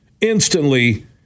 instantly